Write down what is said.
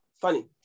funny